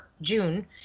June